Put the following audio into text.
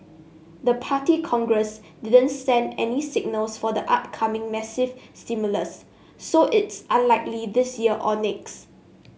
the Party Congress didn't send any signals for upcoming massive stimulus so it's unlikely this year or next